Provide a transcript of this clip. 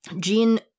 Gene